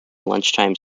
lunchtime